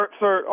sir